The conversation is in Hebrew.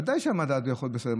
ודאי שהמדד יכול להיות בסדר.